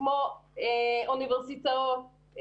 כמו אוניברסיטאות.